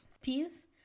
peace